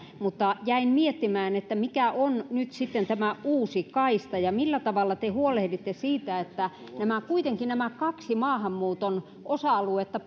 mutta jäin miettimään mikä on nyt sitten tämä uusi kaista ja millä tavalla te huolehditte siitä että kuitenkin nämä kaksi maahanmuuton osa aluetta